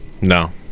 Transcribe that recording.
No